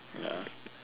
ya